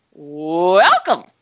welcome